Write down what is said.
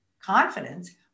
confidence